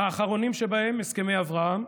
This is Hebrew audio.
האחרונים שבהם הסכמי אברהם,